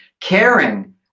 caring